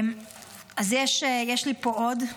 יש לי פה עוד,